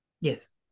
Yes